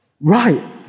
Right